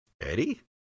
Eddie